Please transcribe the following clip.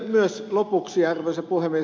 myös lopuksi arvoisa puhemies